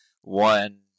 one